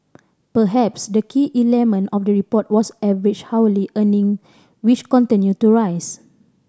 perhaps the key element of the report was average hourly earning which continue to rise